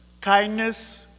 kindness